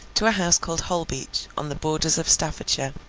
to a house called holbeach, on the borders of staffordshire.